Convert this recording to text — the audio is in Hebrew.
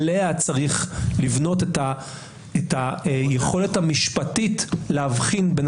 עליה צריך לבנות את היכולת המשפטית להבחין בין